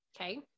Okay